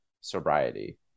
sobriety